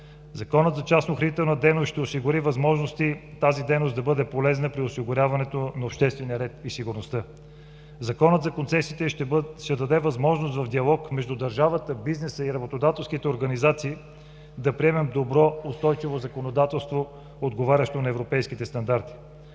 Законът за частно-охранителна дейност ще осигури възможности тази дейност да бъде полезна при осигуряването на обществения ред и сигурността. Законът за концесиите ще даде възможност в диалог между държавата, бизнеса и работодателските организации да приемем добро устойчиво законодателство, отговарящо на европейските стандарти.